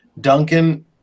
Duncan